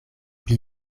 pli